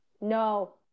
No